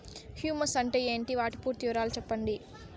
Humus అంటే ఏంటి? వాటి పూర్తి వివరాలు సెప్పండి?